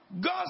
God